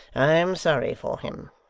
i am sorry for him